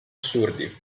assurdi